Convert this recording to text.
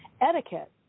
Etiquette